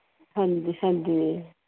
ਹਾਂਜੀ ਹਾਂਜੀ